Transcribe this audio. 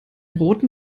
roten